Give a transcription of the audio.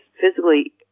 physically